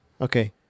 Okay